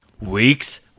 week's